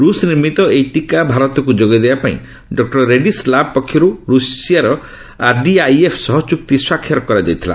ରୁଷ ନିର୍ମିତ ଏହି ଟିକା ଭାରତକୁ ଯୋଗାଇ ଦେବା ପାଇଁ ଡକ୍ଟର ରେଡ୍ଜୀସ୍ ଲାବ୍ ପକ୍ଷରୁ ରୁଷିଆର ଆର୍ଡିଆଇଏଫ୍ ସହ ଚୁକ୍ତି ସ୍ୱାକ୍ଷର କରାଯାଇଥିଲା